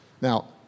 Now